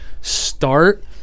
start